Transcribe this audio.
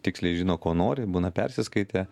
tiksliai žino ko nori būna persiskaitę